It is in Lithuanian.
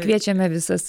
kviečiame visus